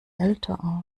älter